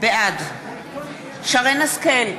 בעד שרן השכל,